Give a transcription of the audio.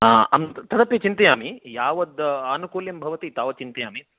तदपि चिन्तयामि यावत् आनुकूल्यं भवति तावत् चिन्तयामि